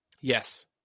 Yes